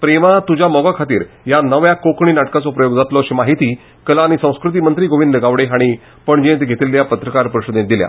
प्रेमा तुज्या मोगा खातीर ह्या नव्या कोंकणी नाटकाचो प्रयोग जातलो अशी माहिती कला आकी संस्कृती मंत्री गोविंद गावडे हांणी काल पणजे घेतिल्ले पत्रकार परिशदेंत दिली